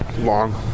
Long